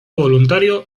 voluntario